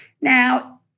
Now